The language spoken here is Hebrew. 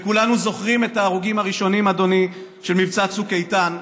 וכולנו זוכרים את ההרוגים הראשונים של מבצע צוק איתן,